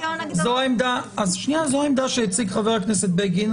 זאת עמדה שהציג חבר הכנסת בגין.